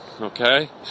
okay